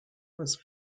was